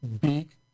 big